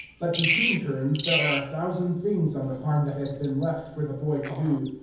but between terms there are a thousand things on the farm that have been left for the boy to do.